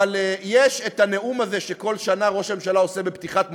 אבל יש הנאום הזה שכל שנה ראש הממשלה מקיים בפתיחת מושב,